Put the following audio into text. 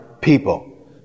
people